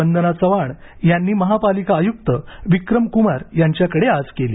वदना चव्हाण यांनी महापालिका आयुक्तर विक्रम कुमार यांच्याकडे आज केली